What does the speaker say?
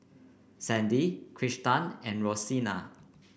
Sandy Kristan and Rosina